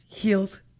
Heals